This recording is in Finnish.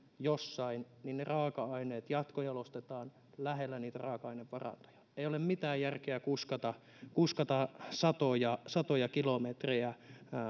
jossain ne raaka aineet jatkojalostetaan lähellä niitä raaka ainevarantoja ei ole mitään järkeä kuskata kuskata satoja satoja kilometrejä